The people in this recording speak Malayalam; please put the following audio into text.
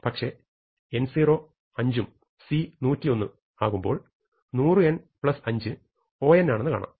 പക്ഷെ n0 5 c 101 എന്നിങ്ങനെയാകുമ്പോൾ 100n5 O ആണെന്നും കാണാം